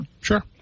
Sure